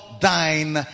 thine